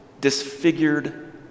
disfigured